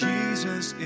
Jesus